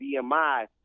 BMI